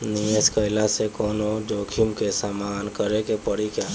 निवेश कईला से कौनो जोखिम के सामना करे क परि का?